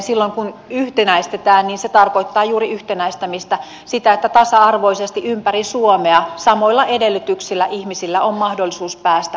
silloin kun yhtenäistetään se tarkoittaa juuri yhtenäistämistä sitä että ihmisillä on tasa arvoisesti ympäri suomen samoilla edellytyksillä mahdollisuus päästä omaishoitajaksi